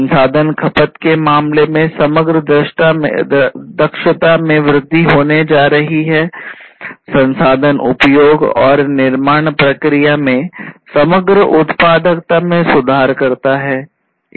संसाधन खपत के मामले में समग्र दक्षता में वृद्धि होने जा रही है संसाधन उपयोग और निर्माण प्रक्रिया में समग्र उत्पादकता में सुधार करता है